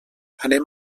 anem